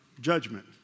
judgment